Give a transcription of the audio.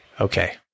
Okay